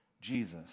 Jesus